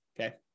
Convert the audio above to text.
Okay